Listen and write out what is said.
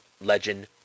legend